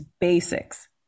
basics